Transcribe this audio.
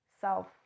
self